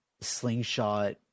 slingshot